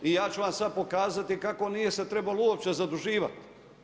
I ja ću vam sada pokazati kako nije se trebalo uopće zaduživati.